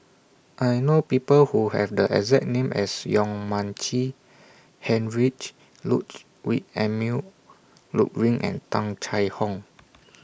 I know People Who Have The exact name as Yong Mun Chee Heinrich Emil Luering and Tung Chye Hong